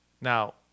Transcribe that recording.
now